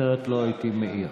אחרת לא הייתי מעיר.